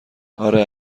آره